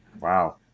Wow